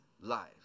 life